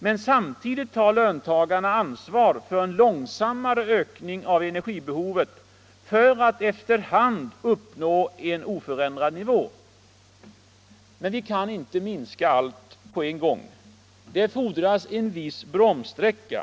Men samtidigt tar löntagarna ansvar för en långsammare ökning av energibehovet för att efter hand uppnå en oförändrad nivå. Men vi kan inte minska ned allt på en gång. Det fordras en viss ”bromssträcka”.